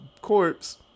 corpse